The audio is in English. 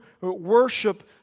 worship